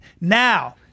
Now